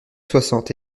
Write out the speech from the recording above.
soixante